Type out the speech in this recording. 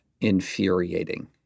infuriating